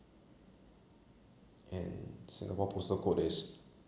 and singapore postal code is